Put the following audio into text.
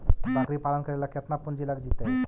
बकरी पालन करे ल केतना पुंजी लग जितै?